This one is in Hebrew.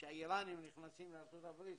כשהאיראנים נכנסים לארצות הברית,